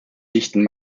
dichten